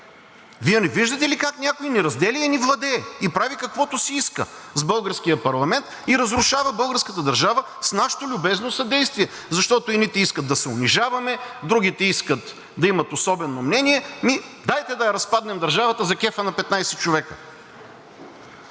Вие не виждате ли как някой ни разделя и ни владее, и прави каквото си иска с българския парламент, и разрушава българската държава с нашето любезно съдействие, защото едните искат да се унижаваме, другите искат да имат особено мнение. Ами дайте да я разпаднем държавата за кефа на 15 човека!